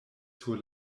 sur